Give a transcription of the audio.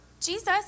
Jesus